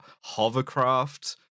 hovercraft